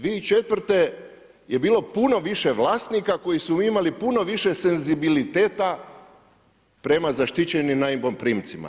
2004. je bilo puno više vlasnika koji su imali puno više senzibiliteta prema zaštićenim najmoprimcima.